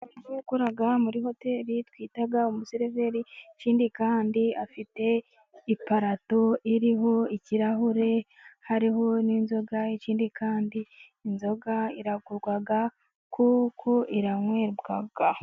Umuntu ukora muri hoteli twita umusireveri ,ikindi kandi afite iparato iriho ikirahure ,hariho n'inzoga, ikindi kandi inzoga iragurwa kuko iranyobwa.